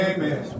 Amen